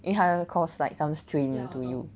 因为它 cause like some strain to you